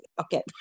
okay